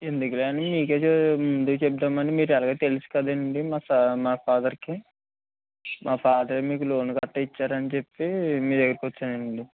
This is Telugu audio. ఎందుకులే అని మీకే చే ముందు మీకే చెప్దామని మీరు ఎలాగో తెలుసు కదండీ మా ఫా మా ఫాదర్కి మా ఫాదర్ మీకు లోను గట్టా ఇచ్చారని చెప్పీ మీ దగ్గరికి వచ్చానండి